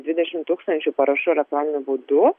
dvidešimt tūkstančių parašų elektroniniu būdu